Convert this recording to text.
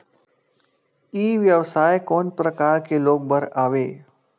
ई व्यवसाय कोन प्रकार के लोग बर आवे?